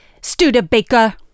Studebaker